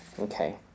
Okay